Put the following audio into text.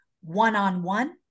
one-on-one